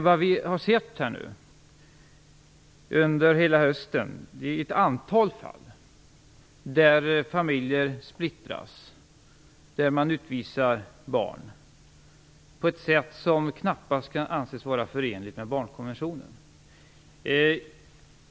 Under hösten har vi sett ett antal fall där familjer splittras och där man utvisar barn på ett sätt som knappast kan anses vara förenligt med barnkonventionen.